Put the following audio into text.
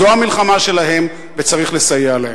זו המלחמה שלהם וצריך לסייע להם.